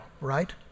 right